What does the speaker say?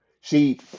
See